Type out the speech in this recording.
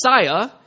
Messiah